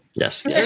Yes